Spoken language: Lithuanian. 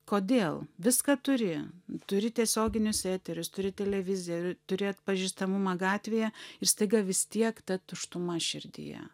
kodėl viską turi turi tiesioginius eterius turi televiziją ir turi atpažįstamumą gatvėje ir staiga vis tiek ta tuštuma širdyje